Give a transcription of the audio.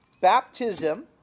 baptism